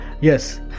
yes